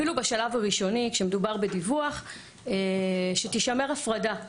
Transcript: אפילו בשלב הראשוני כשמדובר בדיווח, שתישמר הפרדה.